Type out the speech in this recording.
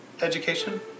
education